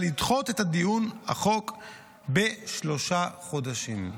לדחות את הדיון בהצעת החוק בשלושה חודשים.